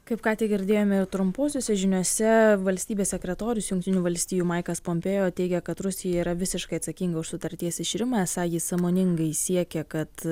kaip ką tik girdėjome ir trumposiose žiniose valstybės sekretorius jungtinių valstijų maikas pompeo teigia kad rusija yra visiškai atsakinga už sutarties iširimą esą ji sąmoningai siekia kad